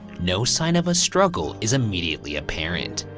no sign of a struggle is immediately apparent.